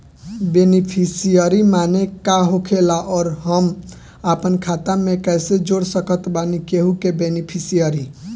Beneficiary माने का होखेला और हम आपन खाता मे कैसे जोड़ सकत बानी केहु के बेनीफिसियरी?